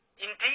Indeed